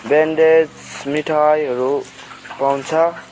bandage मिठाईहरू पाउँछ